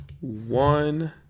one